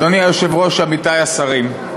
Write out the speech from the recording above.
אדוני היושב-ראש, עמיתי השרים,